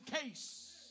case